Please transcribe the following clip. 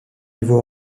niveau